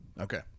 okay